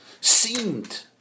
seemed